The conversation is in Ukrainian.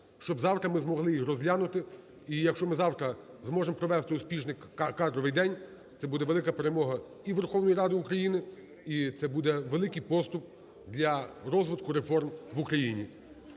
Щоб завтра ми змогли їх розглянути. І якщо ми завтра зможемо провести успішний кадровий день, це буде велика перемога і Верховної Ради України і це буде великий поступ для розвитку реформ в Україні.